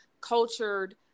cultured